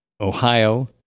Ohio